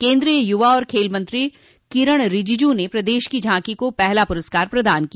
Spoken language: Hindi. केन्द्रीय युवा एवं खेल मंत्री किरन रिजिजू ने प्रदेश की झांकी को पहला पुरस्कार प्रदान किया